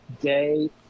Day